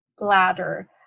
bladder